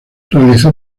realizó